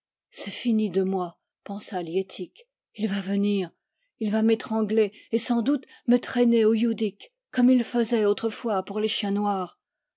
c'est fini de moi pensa liettik il va venir il va m'étrangler et sans doute me traîner au youdik comme il faisait autrefois pour les chiens noirs